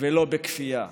ולא בכפייה.